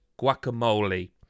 guacamole